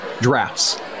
drafts